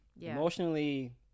Emotionally